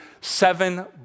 seven